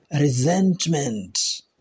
resentment